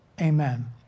Amen